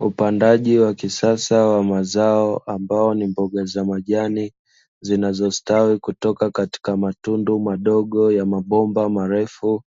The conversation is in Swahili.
Upandaji wa kisasa wa mazao ambao ni mboga za majani, zinazostawi kutoka katika matundu madogo ya mabomba marefu;